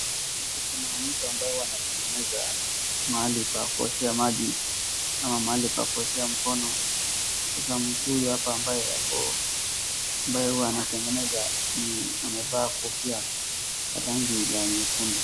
Hapo kuna mtu ambaye huwa anatengeneza mahali pa kuoshea maji ama mahali pa kuoshea mkono sasa mtu huyu hapa ambaye huwa anatengeneza amevaa kofia ya rangi ya nyekundu.